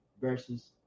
versus